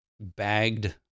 bagged